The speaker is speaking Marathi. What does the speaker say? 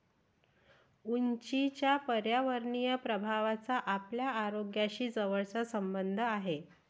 उंचीच्या पर्यावरणीय प्रभावाचा आपल्या आरोग्याशी जवळचा संबंध आहे